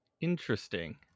Interesting